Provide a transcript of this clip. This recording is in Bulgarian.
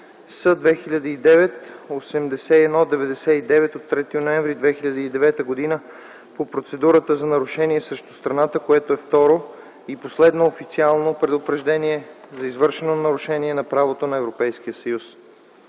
С (2009) 8199 от 3 ноември 2009 г. по процедурата за нарушение срещу страната, което е второ и последно официално предупреждение за извършено нарушение на правото на Европейския съюз.